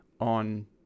on